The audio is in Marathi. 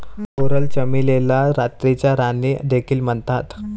कोरल चमेलीला रात्रीची राणी देखील म्हणतात